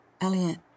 Elliot